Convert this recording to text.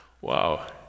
Wow